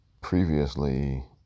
previously